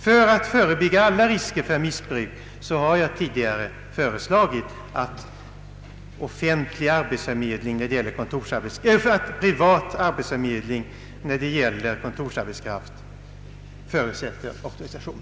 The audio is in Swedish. Jag har tidigare föreslagit att privat arbetsförmedling när det gäller kontorsarbetskraft, för förebyggande av alla risker för missbruk, skall förutsätta auktorisation.